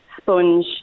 sponge